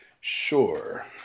Sure